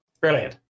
Brilliant